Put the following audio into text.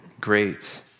great